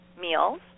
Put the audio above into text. meals